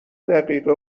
دقیقه